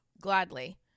Gladly